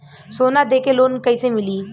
सोना दे के लोन कैसे मिली?